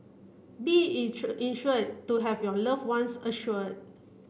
be insured to have your loved ones assured